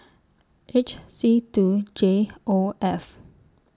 H C two J O F